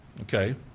Okay